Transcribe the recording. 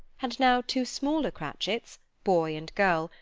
and now two smaller cratchits, boy and girl,